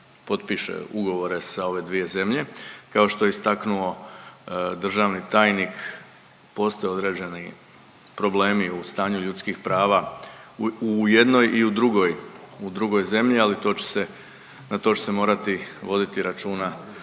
potpiše ugovore sa ove dvije zemlje. Kao što je istaknuo državni tajnik postoje određeni problemi u stanju ljudskih prava u jednoj i u drugoj zemlji ali to će se, na to će se morati voditi računa